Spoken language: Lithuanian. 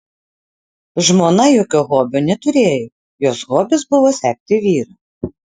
žmona jokio hobio neturėjo jos hobis buvo sekti vyrą